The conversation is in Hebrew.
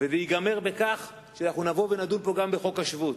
וזה ייגמר בכך שנדון פה גם בחוק השבות.